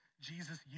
Jesus